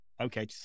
okay